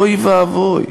אוי ואבוי.